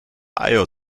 eier